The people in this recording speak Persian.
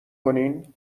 کنین